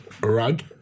rug